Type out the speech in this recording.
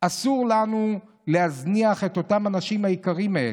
אסור לנו להזניח את אותם אנשים יקרים.